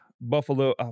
Buffalo